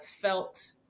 felt